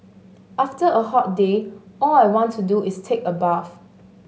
after a hot day all I want to do is take a bath